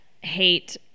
hate